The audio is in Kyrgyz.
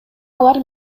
алар